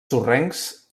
sorrencs